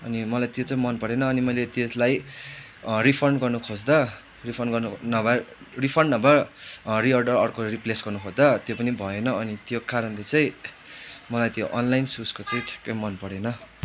अनि मलाई त्यो चाहिँ मन परेन अनि मैले त्यसलाई रिफन्ड गर्न खोज्दा रिफन्ड गर्न नभए रिफन्ड नभए रिअडर अर्को रिप्लेस गर्न खोज्दा त्यो पनि भएन अनि त्यो कारणले चाहिँ मलाई त्यो अनलाइन सुजको चाहिँ ठ्याक्कै मनपरेन